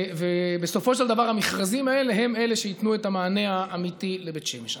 ובסופו של דבר המכרזים האלה הם שייתנו את המענה האמיתי לבית שמש.